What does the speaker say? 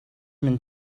минь